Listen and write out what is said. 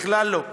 בכלל לא.